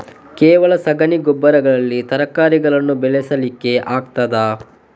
ಕೇವಲ ಸಗಣಿ ಗೊಬ್ಬರದಲ್ಲಿ ತರಕಾರಿಗಳನ್ನು ಬೆಳೆಸಲಿಕ್ಕೆ ಆಗ್ತದಾ?